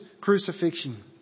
crucifixion